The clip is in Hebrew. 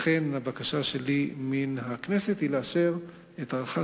לכן הבקשה שלי מן הכנסת היא לאשר את הארכת